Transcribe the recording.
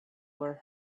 were